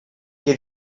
que